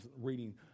reading